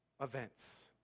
events